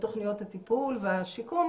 בתוכניות הטיפול והשיקום.